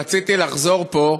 רציתי לחזור פה,